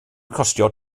costio